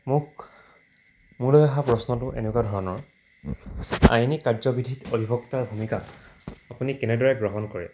মোক মোলৈ অহা প্ৰশ্নটো এনেকুৱা ধৰণৰ আইনী কাৰ্যবিধিত অধিবক্তাৰ ভূমিকাক আপুনি কেনেদৰে গ্ৰহণ কৰে